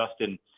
Justin